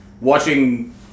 Watching